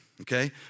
okay